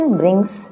brings